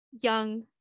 young